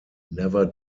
never